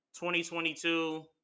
2022